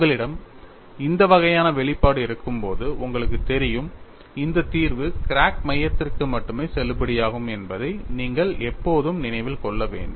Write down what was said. உங்களிடம் இந்த வகையான வெளிப்பாடு இருக்கும்போது உங்களுக்குத் தெரியும் இந்த தீர்வு கிராக் மையத்திற்கு மட்டுமே செல்லுபடியாகும் என்பதை நீங்கள் எப்போதும் நினைவில் கொள்ள வேண்டும்